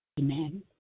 Amen